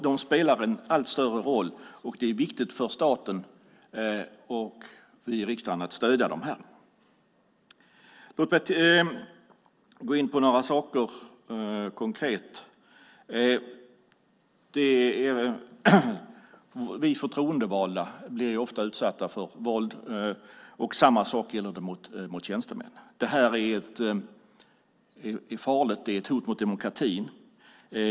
De spelar en allt större roll, och det är viktigt för staten och riksdagen att stödja dem. Låt mig gå in på några konkreta saker. Vi förtroendevalda blir ofta utsatta för våld, och detsamma gäller tjänstemän. Det här är farligt. Det är ett hot mot demokratin.